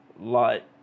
light